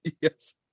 Yes